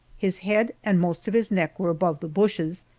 his head and most of his neck were above the bushes,